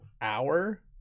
hour